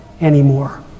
anymore